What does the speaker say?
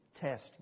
test